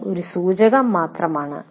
ഇത് ഒരു സൂചകം മാത്രമാണ്